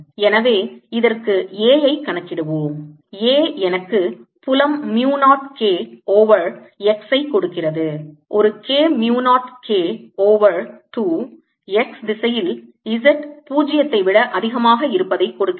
எனவே இதற்கு A ஐக் கணக்கிடுவோம் A எனக்கு புலம் mu 0 K ஓவர் xஐ கொடுக்கிறது ஒரு K mu 0 K over 2 x திசையில் Z பூஜ்ஜியத்தை விட அதிகமாக இருப்பதை கொடுக்கிறது